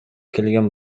келген